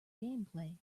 gameplay